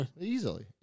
Easily